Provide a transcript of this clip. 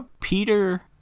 Peter